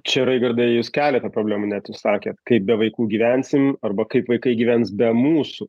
čia raigardai jūs keletą problemų net išsakėt kaip be vaikų gyvensim arba kaip vaikai gyvens be mūsų